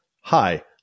Hi